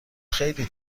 خیلی